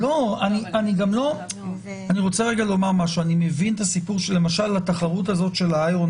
אני מבין את הסיפור של התו הירוק למשל לתחרות הזאת של האיירון